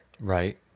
right